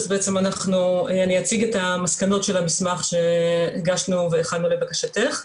אני אציג את המסקנות של המסמך שהגשנו והכנו לבקשתך,